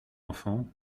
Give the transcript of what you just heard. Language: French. enfant